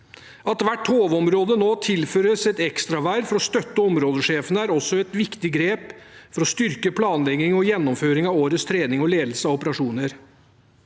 At hvert HV-område nå tilføres et ekstraverv for å støtte områdesjefene er også et viktig grep for å styrke planlegging og gjennomføring av årets trening og ledelse av operasjoner.